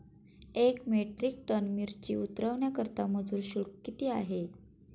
एक metric tonne मिरची उतरवण्याकरता मजूर शुल्क किती आहे?